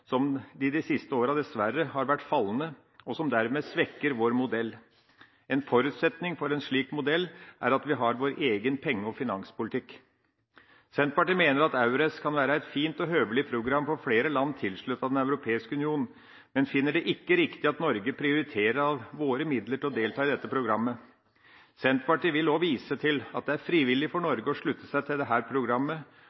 i de siste åra dessverre har vært fallende, noe som dermed svekker vår modell. En forutsetning for en slik modell er at vi har vår egen penge- og finanspolitikk. Senterpartiet mener at EURES kan være et fint og høvelig program for flere land tilsluttet Den europeiske union, men finner det ikke riktig at Norge prioriterer av våre midler for å delta i dette programmet. Senterpartiet vil òg vise til at det er frivillig for